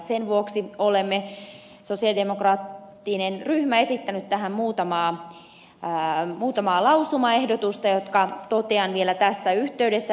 sen vuoksi olemme sosialidemokraattinen ryhmä esittäneet tähän muutamaa lausumaehdotusta jotka totean vielä tässä yhteydessä